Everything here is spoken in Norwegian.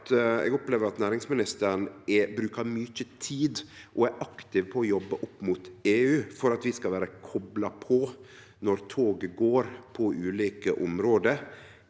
eg opplever at næringsministeren brukar mykje tid og er aktiv med å jobbe opp mot EU for at vi skal vere kopla på når toget går på ulike område,